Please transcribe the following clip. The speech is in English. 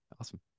Awesome